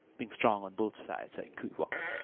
being strong on both sides, are equivocal